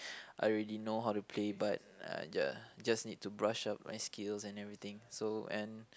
I already know how to play but I just just need to brush up my skills and everything so and